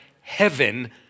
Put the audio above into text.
heaven